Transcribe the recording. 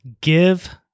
give